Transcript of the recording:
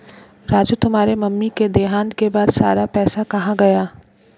राजू तुम्हारे मम्मी के देहांत के बाद सारा पैसा कहां गया?